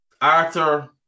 Arthur